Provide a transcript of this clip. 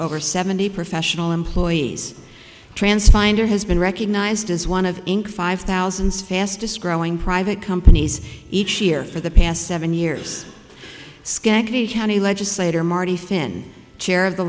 over seventy professional employees trans finder has been recognized as one of inc five thousand fastest growing private companies each year for the past seven years skag county legislator marty finn chair